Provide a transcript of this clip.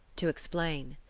to explain.